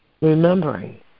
remembering